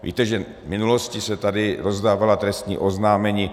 Víte, že v minulosti se tady rozdávala trestní oznámení.